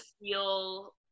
feel